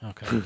Okay